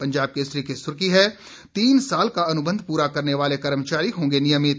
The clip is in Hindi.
पंजाब केसरी की सुर्खी है तीन साल का अनुबंध प्रा करने वाले कर्मचारी होंगे नियमित